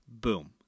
boom